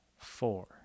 Four